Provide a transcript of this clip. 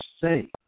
say